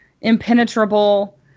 impenetrable